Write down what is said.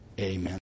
Amen